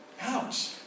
Ouch